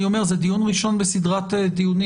אני אומר שזה דיון ראשון בסדרת דיונים.